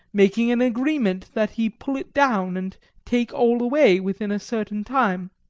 making an agreement that he pull it down and take all away within a certain time.